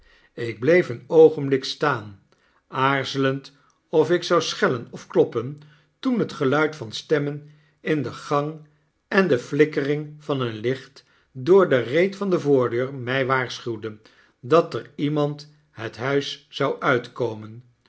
ik bleef een oogenblik staan aarzelend of ik zou schellen of kloppen toen het geluid van stemmen in de gang en de likkeri g van een licht door de reet van de voordeur my waarschuwden dat er iemand het huis zou uitkomen